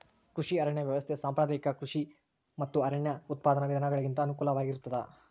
ಕೃಷಿ ಅರಣ್ಯ ವ್ಯವಸ್ಥೆ ಸಾಂಪ್ರದಾಯಿಕ ಕೃಷಿ ಮತ್ತು ಅರಣ್ಯ ಉತ್ಪಾದನಾ ವಿಧಾನಗುಳಿಗಿಂತ ಅನುಕೂಲಕರವಾಗಿರುತ್ತದ